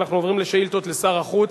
ואנחנו עוברים לשאילתות לשר החוץ.